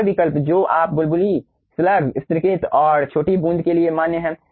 4 विकल्प जो आप बुलबुली स्लग स्तरीकृत और छोटी बूंद के लिए मान्य हैं